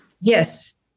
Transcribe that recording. Yes